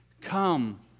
come